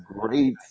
great